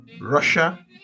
Russia